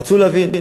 רצו להבין.